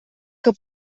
que